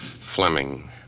Fleming